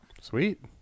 Sweet